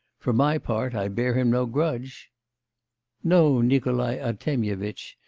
for my part i bear him no grudge no, nikolai artemyevitch,